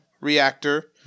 reactor